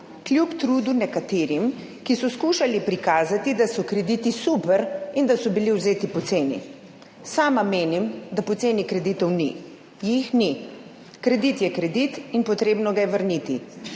kljub trudu nekaterim, ki so skušali prikazati, da so krediti super in da so bili vzeti poceni. Sama menim, da poceni kreditov ni. Jih ni. Kredit je kredit in potrebno ga je vrniti